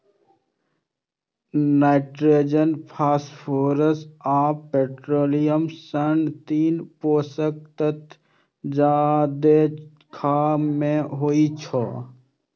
nitrogen, phosphorus आ potassium सन तीन पोषक तत्व जादेतर खाद मे होइ छै